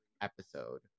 episode